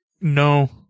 No